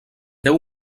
deu